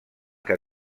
que